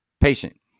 patient